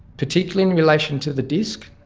particularly in relation to the disc.